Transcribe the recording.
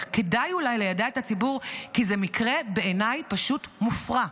וכדאי אולי ליידע את הציבור כי זה מקרה בעיניי פשוט מופרע,